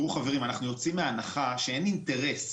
חברים, אנחנו יוצאים מהנחה שאין בהכרח אינטרס